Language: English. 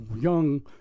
young